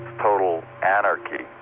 total anarchy,